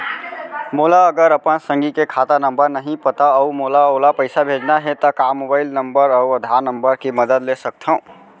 मोला अगर अपन संगी के खाता नंबर नहीं पता अऊ मोला ओला पइसा भेजना हे ता का मोबाईल नंबर अऊ आधार नंबर के मदद ले सकथव?